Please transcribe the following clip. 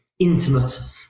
intimate